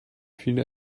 viele